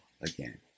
again